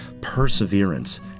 perseverance